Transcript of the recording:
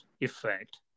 effect